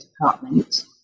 department